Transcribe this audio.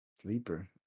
sleeper